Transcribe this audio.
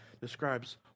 describes